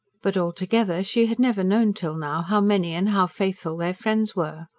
but altogether she had never known till now how many and how faithful their friends were.